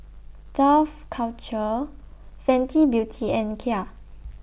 Dough Culture Fenty Beauty and Kia